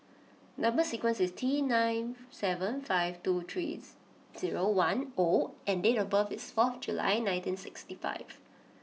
Number sequence is T nine seven five two three zero one O and date of birth is fourth July nineteen sixty five